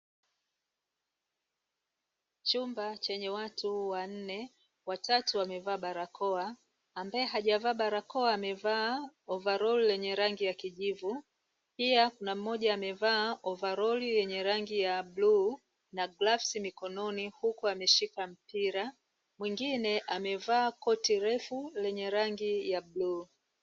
Chumba chenye watu wanne, watatu wamevaa barakoa, ambaye hajavaa barakoa amevaa ovaroli lenye rangi ya kijivu. Pia kuna mmoja amevaa ovaroli yenye rangi ya bluu na glavu mikononi huku ameshika mpira. Mwingine amevaa koti refu lenye rangi ya bluu.